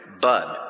Bud